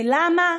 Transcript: ולמה?